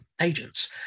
agents